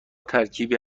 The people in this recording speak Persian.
ترکیبی